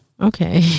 Okay